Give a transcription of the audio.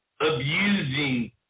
abusing